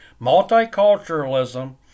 Multiculturalism